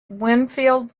winfield